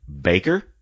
Baker